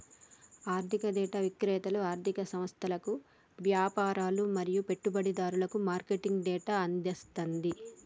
ఆర్థిక డేటా విక్రేతలు ఆర్ధిక సంస్థలకు, వ్యాపారులు మరియు పెట్టుబడిదారులకు మార్కెట్ డేటాను అందిస్తది